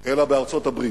אלא בארצות-הברית.